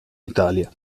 italia